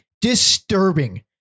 disturbing